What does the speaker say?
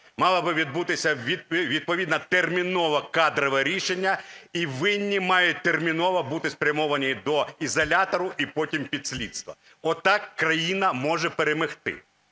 мало би відбутися відповідне термінове кадрове рішення і винні мають терміново бути спрямовані до ізолятора і потім під слідство. От так країна може перемогти.